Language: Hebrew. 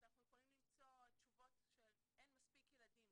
אנחנו יכולים למצוא תשובות של אין מספיק ילדים